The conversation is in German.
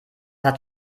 hat